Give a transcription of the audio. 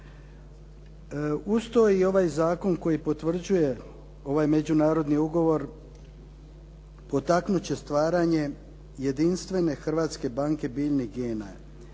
Uz to i ovaj zakon koji potvrđuje ovaj međunarodni ugovor potaknut će stvaranje jedinstvene Hrvatske banke biljnih gena